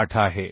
68 आहे